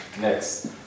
next